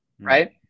right